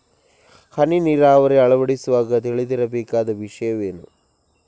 ಹನಿ ನೀರಾವರಿ ಅಳವಡಿಸುವಾಗ ತಿಳಿದಿರಬೇಕಾದ ವಿಷಯವೇನು?